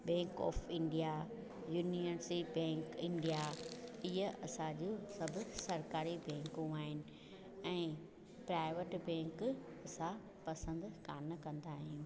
bank of India universal bank India इहे असांजो सभु सरकारी बैंकू आहिनि ऐं प्राइवेट बैंक असां पसंदि कोन कंदा आहियूं